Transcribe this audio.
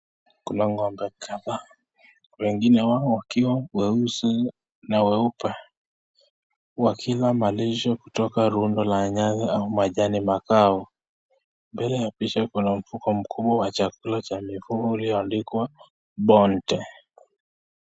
Kuna ng'ombe kadha, wengine wao wakiwa weusi na weupe. Wakila malisho kutoka rundo la nyasi au majani makavu. Mbele kuna mfuko mkubwa wa chakula cha mifugo uliyo andikwa bonte